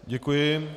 Děkuji.